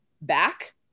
back